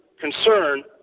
concern